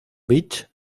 beach